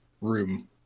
room